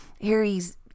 Harry's